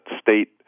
state